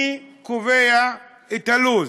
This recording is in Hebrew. מי קובע את הלו"ז?